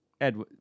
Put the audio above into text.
Ed